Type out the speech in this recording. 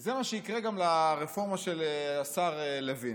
זה מה שיקרה גם לרפורמה של השר לוין.